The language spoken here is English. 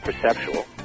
perceptual